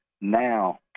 now